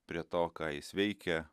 prie to ką jis veikia